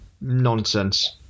Nonsense